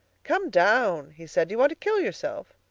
come down! he said. do you want to kill yourself?